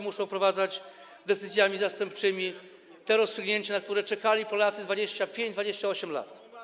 muszą wprowadzać decyzjami zastępczymi te rozstrzygnięcia, na które czekali Polacy 25, 28 lat.